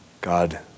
God